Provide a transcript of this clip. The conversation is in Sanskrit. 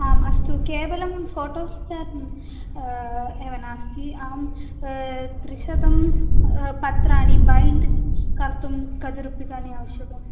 आम् अस्तु केवलं फ़ोटो सेट् एव नास्ति आम् त्रिशतं पत्राणि बैण्ड् कर्तुं कति रूप्यकाणि आवश्यकम्